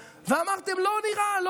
ואומר לפיד: לא נראה לי,